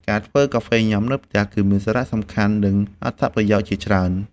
ការធ្វើកាហ្វេញ៉ាំនៅផ្ទះ គឺមានសារៈសំខាន់ និងអត្ថប្រយោជន៍ជាច្រើន។